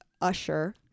usher